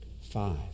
Five